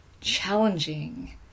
challenging